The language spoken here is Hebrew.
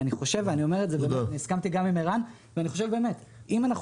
אני חושב ואני אומר את זה והסכמתי גם עם ערן שאם אנחנו